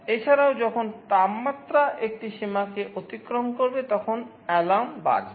এছাড়াও যখনই তাপমাত্রা একটি সীমাকে অতিক্রম করবে তখন অ্যালার্ম বাজবে